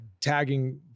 Tagging